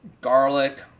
garlic